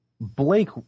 Blake